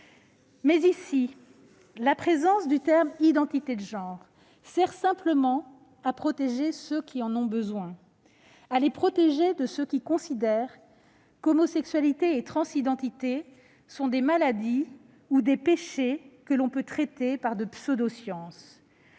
ici, la présence de l'expression « identité de genre » sert simplement à protéger ceux qui en ont besoin de ceux qui considèrent qu'homosexualité et transidentité sont des maladies ou des péchés que l'on peut traiter par de pseudosciences.